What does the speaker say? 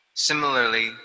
Similarly